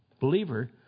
believer